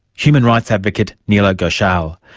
human rights advocate neela ghoshal.